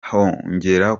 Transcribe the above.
hongera